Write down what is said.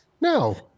No